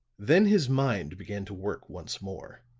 then his mind began to work once more.